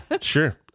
sure